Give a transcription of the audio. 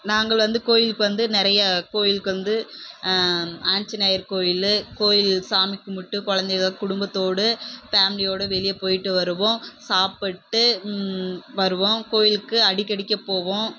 நாங்கள் வந்து கோவிலுக்கு வந்து நிறையா கோயிலுக்கு வந்து ஆஞ்சநேயர் கோயில் கோயில் சாமி கும்பிட்டு கொழந்தைக குடும்பத்தோடு ஃபேம்லியோடு வெளியே போயிட்டு வருவோம் சாப்பிட்டு வருவோம் கோயிலுக்கு அடிக்கடிக்க போவோம்